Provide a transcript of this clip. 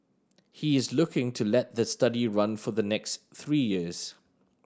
he is looking to let the study run for the next three years